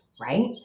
right